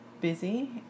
busy